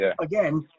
again